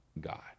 God